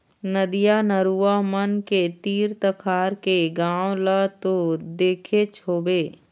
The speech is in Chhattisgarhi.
नदिया, नरूवा मन के तीर तखार के गाँव ल तो देखेच होबे